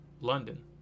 London